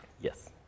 Yes